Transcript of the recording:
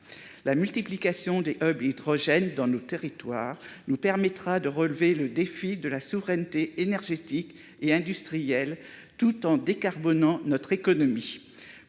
La multiplication des hubs hydrogène dans nos territoires nous permettra de relever le défi de la souveraineté énergétique et industrielle, tout en décarbonant notre économie.